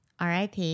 RIP